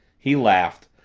he laughed,